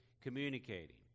communicating